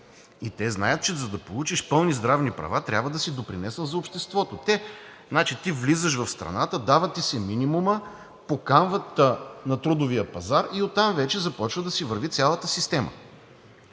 и те знаят, че за да получиш пълни здравни права, трябва да си допринесъл за обществото. Значи, ти влизаш в страната, дава ти се минимумът, поканват те на трудовия пазар и оттам вече започва да си върви цялата система.